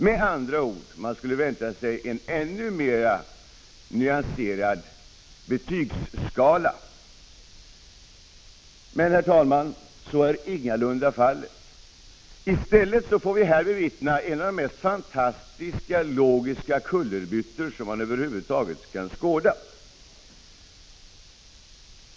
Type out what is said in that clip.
Med andra ord: Man skulle vänta sig en ännu mer nyanserad betygsskala. Men, herr talman, något sådant förslag föreligger ingalunda. I stället får vi här bevittna en av de mest fantastiska logiska kullerbyttor som man över huvud taget kan skåda.